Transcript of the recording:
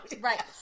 Right